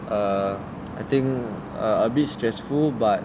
err I think err a bit stressful but